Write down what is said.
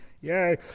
yay